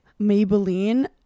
Maybelline